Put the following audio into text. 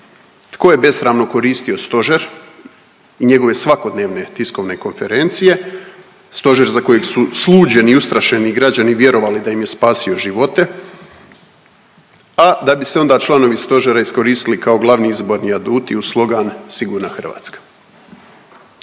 Tko je besramno koristio stožer i njegove svakodnevne tiskovne konferencije, stožer za kojeg su sluđeni i ustrašeni građani vjerovali da im je spasio živote, a da bi se onda članovi stožera iskoristili kao glavni izborni aduti uz slogan „Sigurna Hrvatska“.